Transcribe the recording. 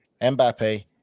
Mbappe